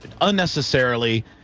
unnecessarily